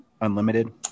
unlimited